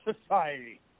society